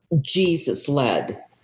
Jesus-led